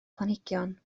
planhigion